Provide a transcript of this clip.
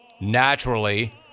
naturally